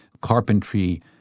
carpentry